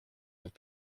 have